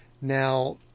Now